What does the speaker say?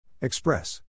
Express